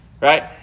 right